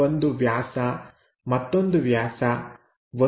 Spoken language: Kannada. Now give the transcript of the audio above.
ಒಂದು ವ್ಯಾಸ ಮತ್ತೊಂದು ವ್ಯಾಸ ವಸ್ತುವಿನ ಉದ್ದ 2